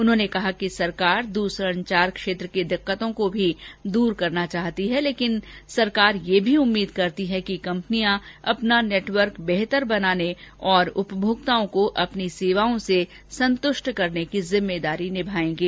उन्होंने कहा कि सरकार दूरसंचार क्षेत्र की दिक्कतों को भी दूर करना चाहती है लेकिन सरकार यह भी उम्मीद करती है कि कंपनियां अपना नेटवर्क बेहतर बनाने और उपभोक्ताओं को अपनी सेवाओं से संतुष्ट करने की जिम्मेदारी निभाएंगी